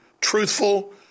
truthful